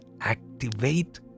activate